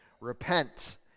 Repent